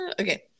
Okay